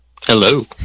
Hello